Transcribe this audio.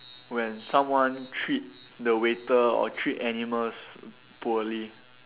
when someone treat the waiter or treat animals poorly